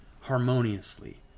harmoniously